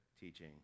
teaching